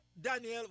Daniel